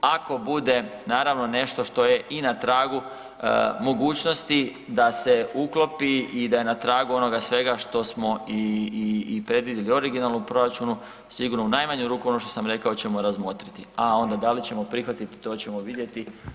Ako bude naravno nešto što je i na tragu mogućnosti da se uklopi i da je na tragu onoga svega što smo i predvidjeli u originalnom proračunu sigurno u najmanju ruku ono što sam rekao ćemo razmotriti, a onda da li ćemo prihvatiti to ćemo vidjeti.